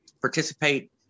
participate